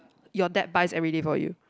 your dad buys everyday for you